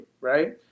right